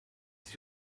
sich